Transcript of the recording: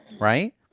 right